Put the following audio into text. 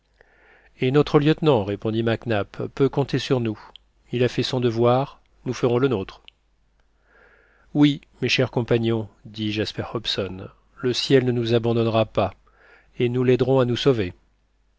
et notre lieutenant répondit mac nap peut compter sur nous il a fait son devoir nous ferons le nôtre oui mes chers compagnons dit jasper hobson le ciel ne nous abandonnera pas et nous l'aiderons à nous sauver